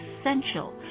essential